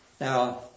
Now